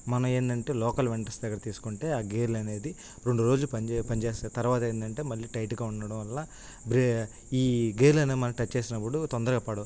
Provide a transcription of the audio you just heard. మన ఏంటంటే local vendors దగ్గర తీసుకుంటే ఆ గేర్లు అనేది రెండు రోజులు పనిజే పనిచేస్తాయి తర్వాత ఏంటంటే మళ్ళీ టైట్గా ఉండడం వల్ల బ్రే ఈ గేర్లు అనేవి మనం టచ్ చేసినప్పుడు తొందరగా పడవు